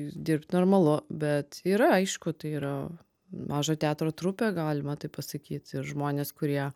dirbt normalu bet yra aišku tai yra mažo teatro trupė galima taip pasakyti ir žmonės kurie